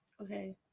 okay